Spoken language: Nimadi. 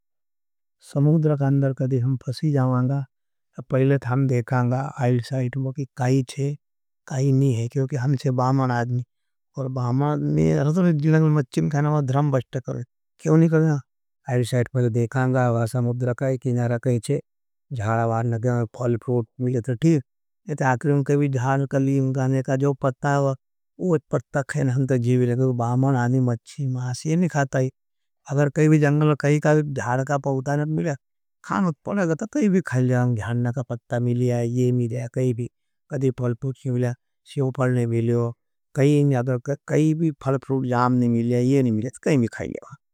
समूद्र का अंडर कदी हम फसी जावांगा, पहले थाम देखांगा आयर साइट में कि काई चे, काई नहीं है क्योंकि हम से बामान आद्नी। पर बामान नहीं है, अगर समूद्र का अंडर कई किनारा कहेंचे ज्ञाला बार नग्या में पॉलिप्रोट मिले तर ठीर। अगर समूद्र का अंडर कहेंचे ज्ञाला बार नग्या में पॉलिप्रोट मिले तर ठीर। नी तो आखरी में पत्ता खाई ले। बामन आदमी ये सब नई खाता। के भी खाई ले।